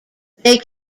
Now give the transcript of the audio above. they